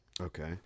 Okay